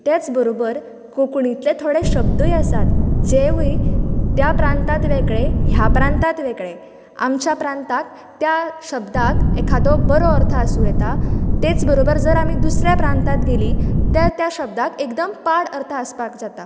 त्याच बरोबर कोंकणीतले थोडे शब्दय आसात जेवूय त्या प्रांतात वेगळे ह्या प्रांतात वेगळे आमच्या प्रांताक त्या शब्दाक एखादो बरो अर्थ आसूं येता तेच बरोबर दुसऱ्या प्रांताक गेली त्या त्या शब्दाक एकदम पाड अर्थ आसपाक जाता